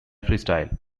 freestyle